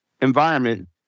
environment